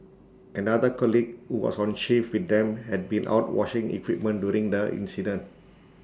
another colleague who was on shift with them had been out washing equipment during the incident